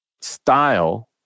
style